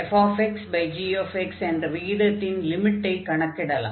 ஆகையால் fxgx என்ற விகிதத்தின் லிமிட்டைக் கணக்கிடலாம்